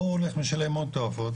ההוא צריך לשלם הון תועפות,